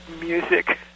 music